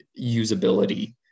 usability